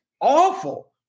awful